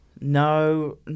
no